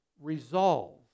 resolve